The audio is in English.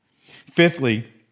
Fifthly